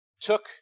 took